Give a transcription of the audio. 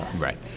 Right